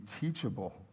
teachable